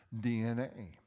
DNA